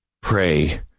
Pray